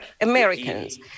americans